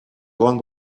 grande